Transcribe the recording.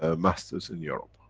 ah masters in europe.